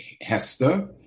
Hester